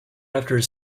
after